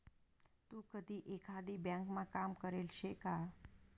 तू कधी एकाधी ब्यांकमा काम करेल शे का?